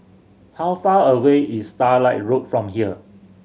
how far away is Starlight Road from here